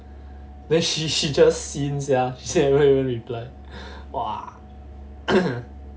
then she she just seen sia she never even reply !wah!